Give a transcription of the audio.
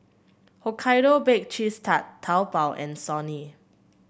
Hokkaido Baked Cheese Tart Taobao and Sony